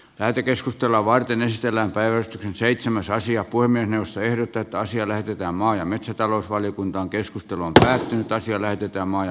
päätekeskustelua varten ystävänpäivä on seitsemäs asia voi mennä jossa ehdotetaan siellä pitää maa ja metsätalousvaliokuntaan keskustelu on pysähtynyt tanssia näytetään maa ja